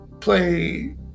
play